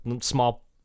small